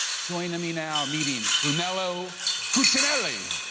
joining me now, meeting, brunello cucinelli.